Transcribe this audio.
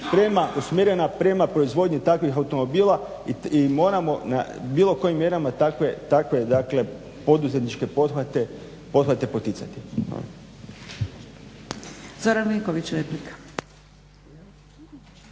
sprema usmjerena prema proizvodnji takvih automobila i moramo na bilo kojim mjerama takve dakle poduzetničke pothvate poticati. **Zgrebec, Dragica